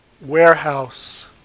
warehouse